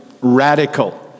radical